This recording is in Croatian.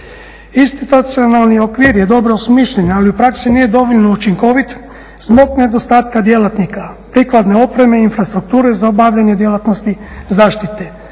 Institucionalni okvir je dobro smišljen ali u praksi nije dovoljno učinkovit zbog nedostatka djelatnika, prikladne opreme, infrastrukture za obavljanje djelatnosti zaštite,